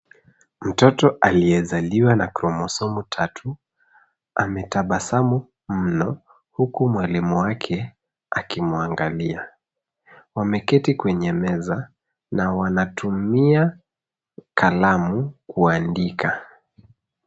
Mtoto aliyezaliwa na kromosomu tatu, ametabasamu mno huku mwalimu wake akimwangalia. Wameketi kwenye meza na wanatumia kalamu kuandika.